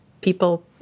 people